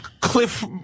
Cliff